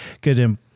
good